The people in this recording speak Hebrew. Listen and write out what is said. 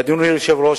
אדוני היושב-ראש,